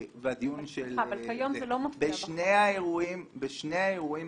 אבל כיום זה לא מופיע --- בשני האירועים הקיימים,